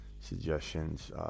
suggestions